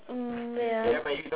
um wait ah